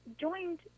joined